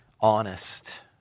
honest